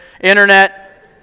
internet